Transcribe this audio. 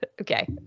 Okay